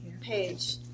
page